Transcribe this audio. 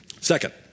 Second